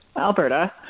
Alberta